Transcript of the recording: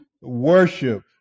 worship